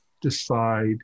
decide